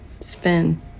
spin